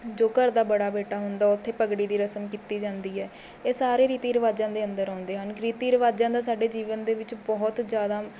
ਜੋ ਘਰ ਦਾ ਬੜਾ ਬੇਟਾ ਹੁੰਦਾ ਉੱਥੇ ਪੱਗੜੀ ਦੀ ਰਸਮ ਕੀਤੀ ਜਾਂਦੀ ਹੈ ਇਹ ਸਾਰੇ ਰੀਤੀ ਰਿਵਾਜਾਂ ਦੇ ਅੰਦਰ ਆਉਂਦੇ ਹਨ ਰੀਤੀ ਰਿਵਾਜਾਂ ਦਾ ਸਾਡੇ ਜੀਵਨ ਦੇ ਵਿੱਚ ਬਹੁਤ ਜ਼ਿਆਦਾ